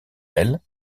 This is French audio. ailes